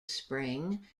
spring